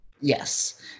Yes